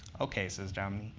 ok, says jomny.